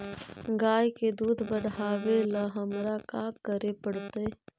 गाय के दुध बढ़ावेला हमरा का करे पड़तई?